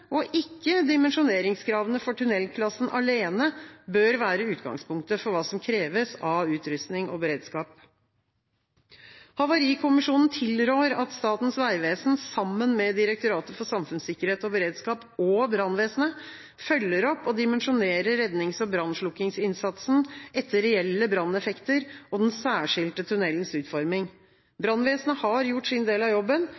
og ikke dimensjoneringskravene for tunnelklassen alene, bør være utgangspunktet for hva som kreves av utrustning og beredskap. Havarikommisjonen tilrår at Statens vegvesen sammen med Direktoratet for samfunnssikkerhet og beredskap og brannvesenet følger opp og dimensjonerer rednings- og brannslokkingsinnsatsen etter reelle branneffekter og den særskilte tunnelens utforming. Brannvesenet har gjort sin del av jobben,